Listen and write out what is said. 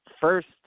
first